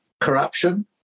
corruption